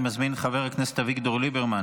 אני מזמין את חבר הכנסת אביגדור ליברמן